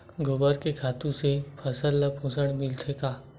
गोबर के खातु से फसल ल पोषण मिलथे का?